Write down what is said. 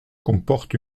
compte